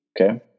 Okay